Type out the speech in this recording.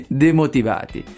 demotivati